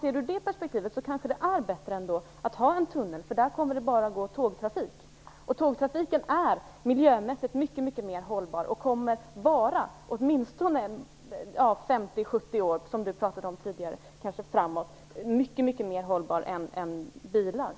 I det perspektivet är det kanske trots allt bättre att ha en tunnel, för där kommer det bara att gå tågtrafik, som miljömässigt är mycket mer hållbar och kommer att vara åtminstone 50-70 år framåt, som Sten Andersson talade om tidigare - mycket längre än biltrafik.